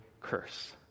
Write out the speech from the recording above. curse